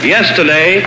Yesterday